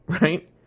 right